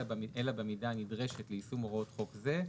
אלא במידה הנדרשת ליישום הוראות חוק זה,